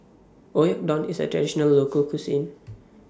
Oyakodon IS A Traditional Local Cuisine